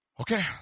Okay